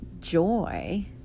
Joy